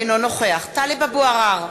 אינו נוכח טלב אבו עראר,